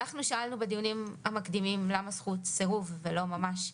אנחנו שאלנו בדיונים המקדימים למה זכות סירוב ולא ממש הסכמה.